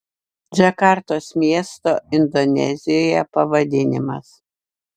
džakartos miesto indonezijoje pavadinimas